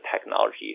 technology